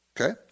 Okay